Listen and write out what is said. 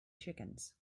chickens